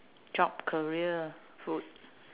job career food